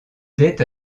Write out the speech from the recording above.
dette